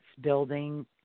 Building